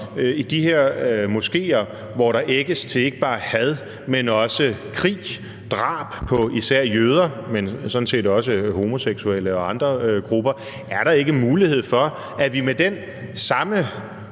i de her moskéer, hvor der ægges til ikke bare had, men også krig, drab på især jøder, men sådan set også homoseksuelle og andre grupper, at vi med den samme